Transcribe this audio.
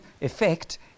effect